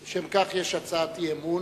לשם כך יש הצעת אי-אמון,